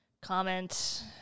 comment